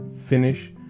finish